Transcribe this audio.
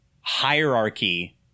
hierarchy